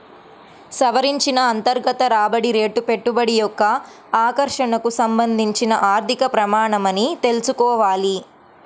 సవరించిన అంతర్గత రాబడి రేటు పెట్టుబడి యొక్క ఆకర్షణకు సంబంధించిన ఆర్థిక ప్రమాణమని తెల్సుకోవాలి